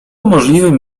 możliwym